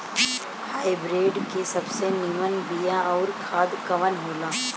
Hybrid के सबसे नीमन बीया अउर खाद कवन हो ला?